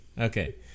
Okay